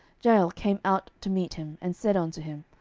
jael came out to meet him, and said unto him,